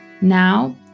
Now